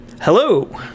Hello